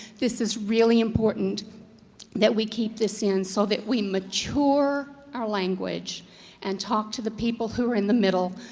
this is really important that we keep this in so that we mature our language and talk to the people who are in the middle.